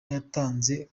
yatanze